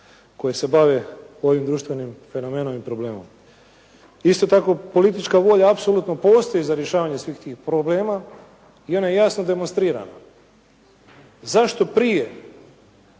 koje se bave ovim društvenim fenomenom i problemom. Isto tako politička volja apsolutno postoji za rješavanje svih tih problema i ona je jasno demonstrirana. Zašto prije